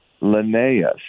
Linnaeus